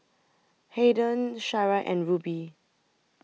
Haiden Shara and Ruby